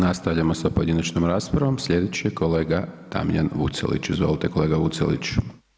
Nastavljamo sa pojedinačnom raspravom, slijedeći je kolega Damjan Vucelić, izvolite kolega Vucelić.